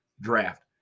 draft